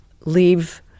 leave